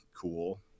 cool